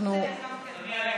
מי שיכול, בבקשה, להגיע למקומו.